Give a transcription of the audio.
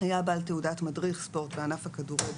היה בעל תעודת מדריך ספורט בענף הכדורגל,